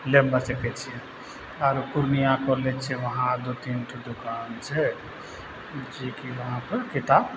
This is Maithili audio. लेब मे सकै छी पूर्णिया कॉलेज छै उहाँ दू तीन ठो दुकान छै जे कि अहाँके किताब